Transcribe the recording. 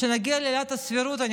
כשנגיע לעילת הסבירות,